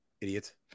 Idiot